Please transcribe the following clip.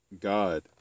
God